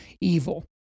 evil